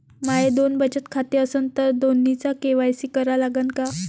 माये दोन बचत खाते असन तर दोन्हीचा के.वाय.सी करा लागन का?